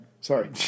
sorry